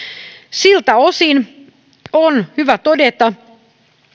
siltä osin on hyvä todeta